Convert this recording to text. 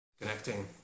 Connecting